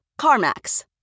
CarMax